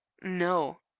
no.